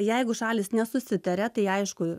jeigu šalys nesusitaria tai aišku